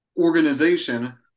organization